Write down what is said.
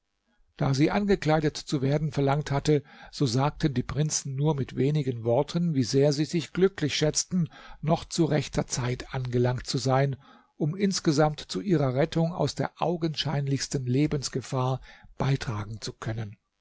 da sie angekleidet zu werden verlangt hatte so sagten die prinzen nur mit wenigen worten wie sehr sie sich glücklich schätzen noch zu rechter zeit angelangt zu sein um insgesamt zu ihrer rettung aus der augenscheinlichsten lebensgefahr beitragen zu können